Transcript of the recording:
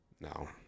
No